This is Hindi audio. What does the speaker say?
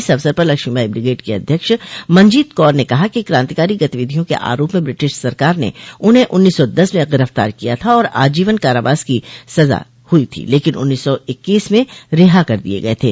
इस अवसर पर लक्ष्मीबाई ब्रिगेड की अध्यक्ष मंजीत कौर ने कहा कि क्रांतिकारी गतिविधियों के आरोप में ब्रिटिश सरकार ने उन्हें उन्नीस सौ दस में गिरफ़्तार किया था और आजीवन कारावास की सजा हुई थी लेकिन उन्नीस सौ इक्कीस में रिहा कर दिये गये थे